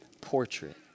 portrait